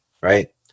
right